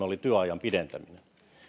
oli työajan pidentäminen